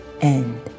end